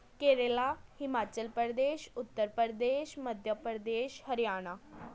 Kerala Himachal Pradesh Uttar Pradesh Madhya Pradesh Haryana